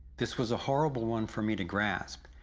this was a horrible one for me to grasp,